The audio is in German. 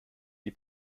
die